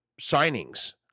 signings